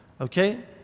Okay